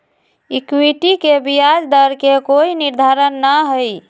equity के ब्याज दर के कोई निर्धारण ना हई